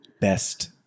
best